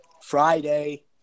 Friday